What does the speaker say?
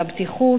את הבטיחות,